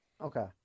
Okay